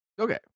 Okay